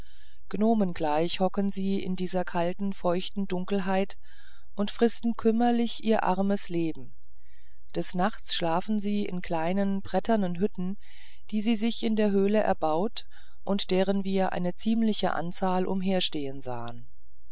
gnomen gleich hocken sie in dieser kalten feuchten dunkelheit und fristen kümmerlich ihr armes leben des nachts schlafen sie in kleinen bretternen hütten die sie sich in der höhle erbauten und deren wir eine ziemliche anzahl umherstehen sahen